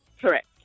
Correct